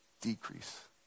decrease